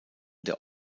der